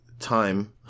time